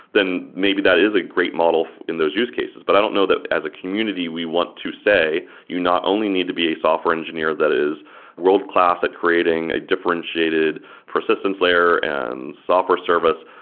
then maybe that is a great model in those use cases. but i don't know that as a community we want to say you not only need to be a software engineer that is world-class at creating a differentiated persistence layer and software service,